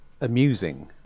amusing